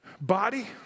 body